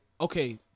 okay